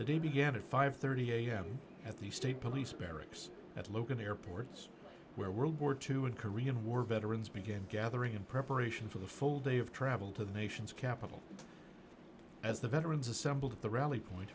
day began at five thirty am at the state police barracks at logan airport it's where world war two and korean war veterans began gathering in preparation for the full day of travel to the nation's capital as the veterans assembled at the rally point